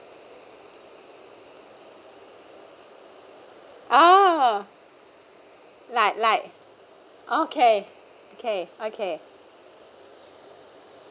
oh like like okay okay okay